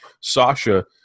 Sasha